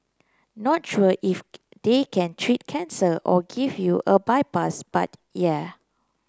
not sure if they can treat cancer or give you a bypass but yeah